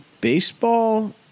Baseball